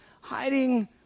hiding